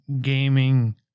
gaming